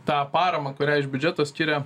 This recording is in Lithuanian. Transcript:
tą paramą kurią iš biudžeto skiria